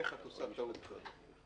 איך את עושה טעות כזאת?